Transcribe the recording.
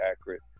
accurate